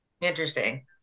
Interesting